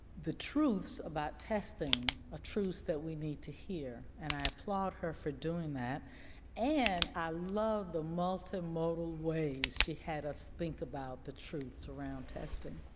the truths about testing, the ah truths that we need to hear and i applaud her for doing that and i love the multimodal ways she had us think about the truths around testing.